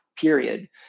period